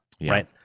Right